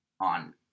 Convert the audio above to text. on